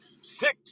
Six